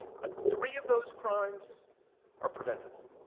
but three of those crimes are preventable.